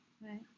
right